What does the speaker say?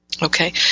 Okay